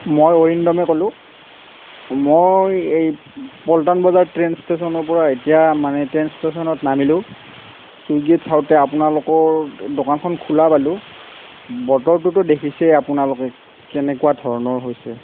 মই অৰিন্দমে ক'লো মই এই পল্টন বজাৰ ট্ৰেইন ষ্টেচনৰ পৰা এতিয়া মানে ট্ৰেইন ষ্টেচনত নামিলো চুইগীত চাওঁতে আপোনালোকৰ দোকানখন খোলা পালো বতৰটোতো দেখিছেই আপোনালোকে কেনেকুৱা ধৰণৰ হৈছে